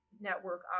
network